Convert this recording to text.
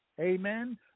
amen